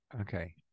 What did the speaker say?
Okay